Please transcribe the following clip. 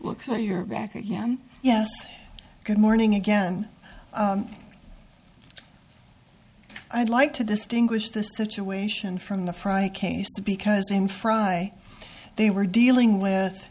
look so you're back again yes good morning again i'd like to distinguish this situation from the friday case because in friday they were dealing with